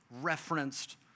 referenced